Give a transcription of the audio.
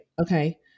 okay